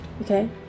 Okay